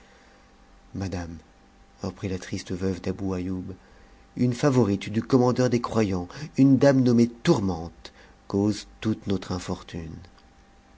madame reprit la triste veuve d'abou aïoub une favorite du commandeur des croyants une dame nommée tourmente cause toute notre infortune